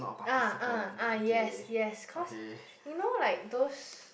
ah ah ah yes yes cause you know like those